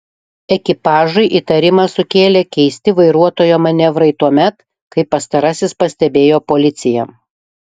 ekipažui įtarimą sukėlė keisti vairuotojo manevrai tuomet kai pastarasis pastebėjo policiją